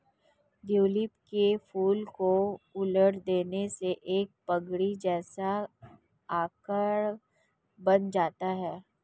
tulip के फूल को उलट देने से एक पगड़ी जैसा आकार बन जाता है